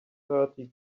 thirty